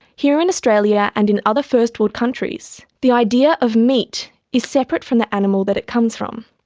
here in australia and in other first world countries, the idea of meat is separate from the animal that it comes from.